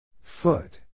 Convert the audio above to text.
Foot